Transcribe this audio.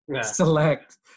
select